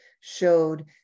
showed